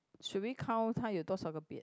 should we count 它有多少个边